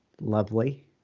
lovely